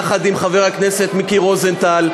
יחד עם חבר הכנסת מיקי רוזנטל,